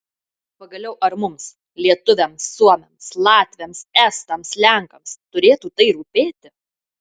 pagaliau ar mums lietuviams suomiams latviams estams lenkams turėtų tai rūpėti